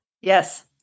Yes